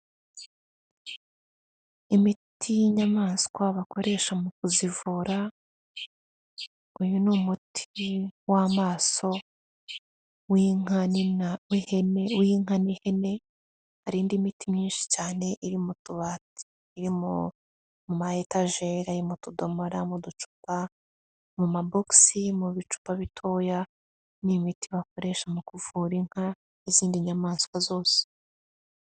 Imiti y'inyamaswa bakoresha mu kuzivura, uyu ni umuti w'amaso w'inka n'ihene, hari indi miti myinshi cyane iri mu tubat,i iri mu ma etageri, mutodomora, mu ducupa, mu mabox, mu bicupa bitoya, ni imiti bakoresha mu kuvura inka n'izindi nyamaswa zose.